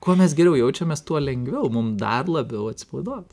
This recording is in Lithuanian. kuo mes geriau jaučiamės tuo lengviau mum dar labiau atsipalaiduot